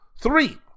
three